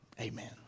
Amen